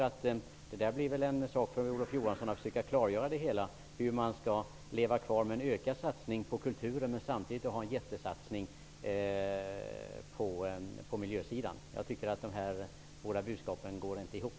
Olof Johansson får väl försöka klargöra hur man skall kunna satsa på kulturen samtidigt som man gör en jättesatsning på miljösidan. Jag tycker inte att dessa båda budskap går ihop.